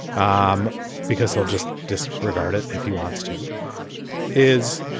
um because they'll just disregard it. if he wants to is